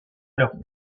leur